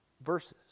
verses